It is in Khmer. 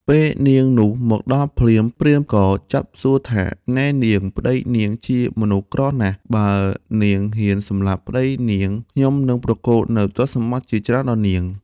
ពេលនាងនោះ មកដល់ភ្លាម ព្រាហ្មណ៍ ក៏ចាប់សួរថា នែនាង ប្ដីនាងជាមនុស្សក្រណាស់ បើនាងហ៊ានសម្លាប់ប្តីនាង ខ្ញុំនឹងប្រគល់នូវទ្រព្យសម្បត្តិជាច្រើនដល់នាង។